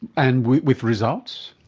and with results?